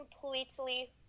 completely